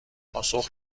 پاسخ